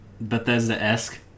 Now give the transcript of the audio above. Bethesda-esque